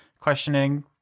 questioning